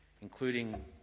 including